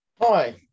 Hi